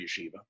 yeshiva